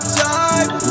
time